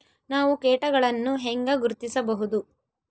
ನಾವು ಕೇಟಗಳನ್ನು ಹೆಂಗ ಗುರ್ತಿಸಬಹುದು?